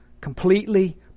completely